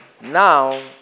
Now